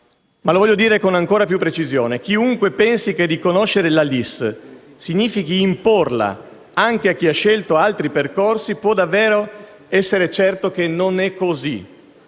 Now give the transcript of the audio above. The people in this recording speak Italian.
Ma lo voglio dire con ancora più precisione: chiunque pensi che riconoscere la LIS significhi imporla anche a chi ha scelto altri percorsi può davvero essere certo che non è così,